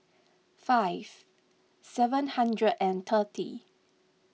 five seven hundred and thirty